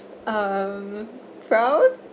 um proud